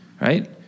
right